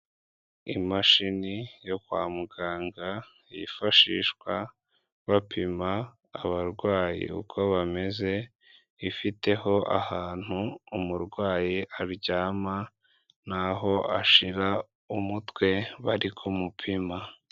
Imashini yo kwa muganga yifashishwa bapima abarwayi uko bameze ifiteho ahantu umurwayi aryama n'aho ashyira umutwe bari kumupima.